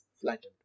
flattened